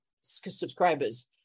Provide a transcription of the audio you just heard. subscribers